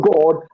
God